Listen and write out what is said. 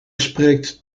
spreekt